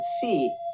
see